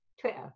Twitter